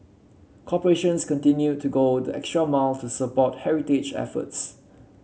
corporations continued to go the extra mile to support heritage efforts